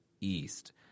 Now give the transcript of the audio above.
east